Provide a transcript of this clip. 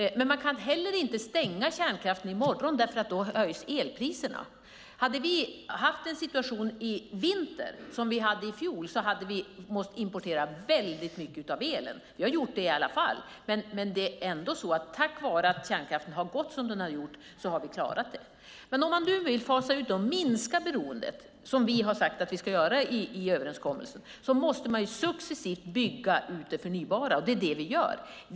Men man kan heller inte stänga kärnkraften i morgon, för då höjs elpriserna. Hade vi haft samma situation i vintras som vi hade i fjol hade vi behövt importera väldigt mycket el. Vi har gjort det i alla fall, men tack vare att kärnkraften har gått som den har gjort har vi klarat det. Vill man fasa ut och minska beroendet, vilket vi har sagt i överenskommelsen att vi ska göra, måste man successivt bygga ut det förnybara; och det gör vi.